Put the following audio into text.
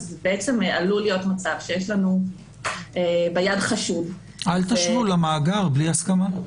עלול להיות מצב של חשוד --- אל תשוו למאגר בלי הסכמה.